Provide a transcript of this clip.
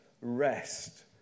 rest